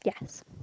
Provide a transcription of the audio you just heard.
yes